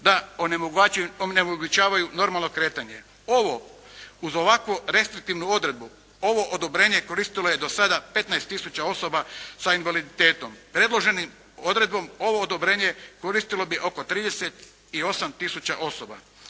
da onemogućavaju normalno kretanje. Ovo, uz ovako restriktivnu odredbu, ovo odobrenje koristilo je do sada 15 tisuća osoba sa invaliditetom. Predloženom odredbom ovo odobrenje koristilo bi oko 38 tisuća osoba.